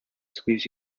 squeeze